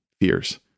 fears